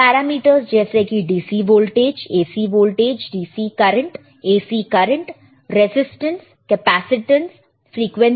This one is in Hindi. पैरामीटर्स जैसे कि DC voltage AC voltage DC current AC current resistance capacitance frequency